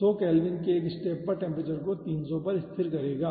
तो यह 100 केल्विन के एक स्टेप पर टेम्परेचर को 300 पर स्थिर रखेगा